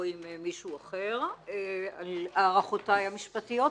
או עם מישהו אחר על הערכותיי המשפטיות,